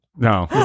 No